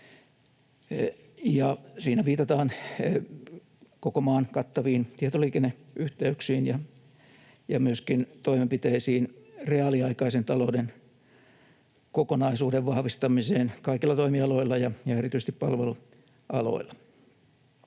Siinä viitataan koko maan kattaviin tietoliikenneyhteyksiin ja myöskin toimenpiteisiin reaaliaikaisen talouden kokonaisuuden vahvistamiseksi kaikilla toimialoilla ja erityisesti palvelualoilla.